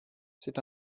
c’est